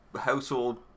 household